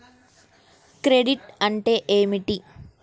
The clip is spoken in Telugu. క్రెడిట్ అంటే ఏమిటి?